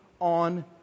on